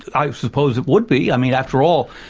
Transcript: i suppose it would be. i mean after all,